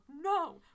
no